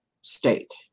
state